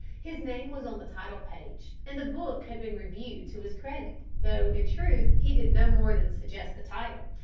his name was on the title page and the book had been reviewed to his credit though in truth he did no more than suggest the title,